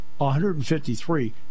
153